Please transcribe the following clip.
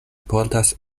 portas